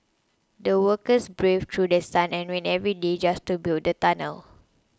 the workers braved through sun and rain every day just to build the tunnel